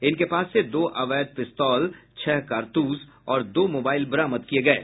जिनके पास से दो अवैध पिस्तौल छह कारतूस और दो मोबाइल बरामद किये गये हैं